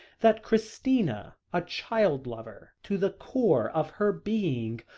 that christina, a child-lover to the core of her being,